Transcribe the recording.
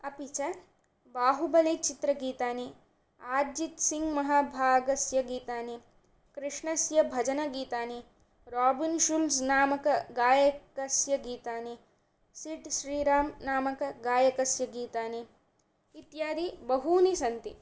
अपि च बाहुबलीचित्रगीतानि आर्जित्सिंहमहाभागस्य गीतानि कृष्णस्य भजनगीतानि राबिन्शुल्स्नामक गायकस्य गीतानि सिद् श्रीरामनामकगायकस्य गीतानि इत्यादि बहूनि सन्ति